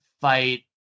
fight